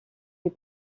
des